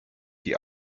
die